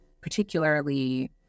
particularly